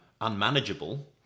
unmanageable